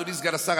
אדוני סגן השר,